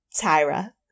Tyra